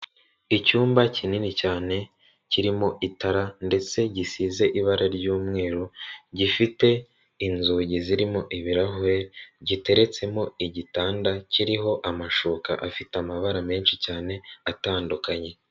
Icyumba kinini cyane kirimo itara, ndetse gisize ibara ry'umweru, gifite inzugi zirimo ibirahuri, giteretsemo igitanda kiriho amashuka afite amabara menshi cyane atandukanye.